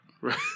right